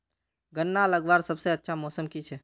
गन्ना लगवार सबसे अच्छा मौसम की छे?